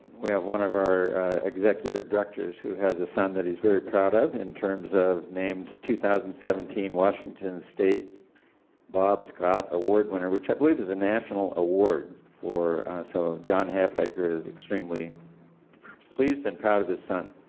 we have one of our executive directors who has a son that he is very proud of in terms of named two thousand and seventeen washington state bob scott award winner. which i believe is a national award for, so john halfaker is extremely pleased and proud of his son.